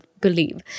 believe